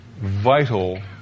vital